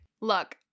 look